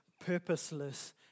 purposeless